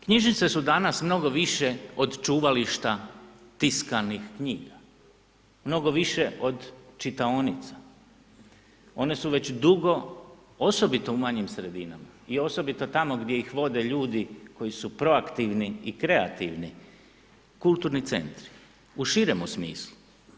Knjižnice su danas mnogo više od čuvališta tiskanih knjiga, mnogo više od čitaonica, one su već dugo osobito u manjim sredinama i osobito tamo gdje ih vode ljudi koji su proaktivni i kreativni, kulturni centri u širemu smislu.